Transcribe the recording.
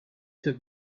took